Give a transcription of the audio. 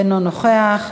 אינו נוכח,